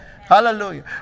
Hallelujah